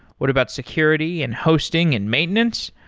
what about security and hosting and maintenance?